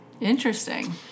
Interesting